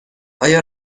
آیا